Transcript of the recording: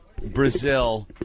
Brazil